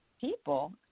people